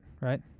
right